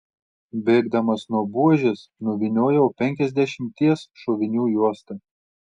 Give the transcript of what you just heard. bėgdamas nuo buožės nuvyniojau penkiasdešimties šovinių juostą